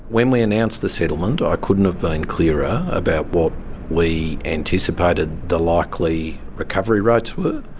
when we announced the settlement, i couldn't have been clearer about what we anticipated the likely recovery rates were.